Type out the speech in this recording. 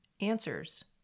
answers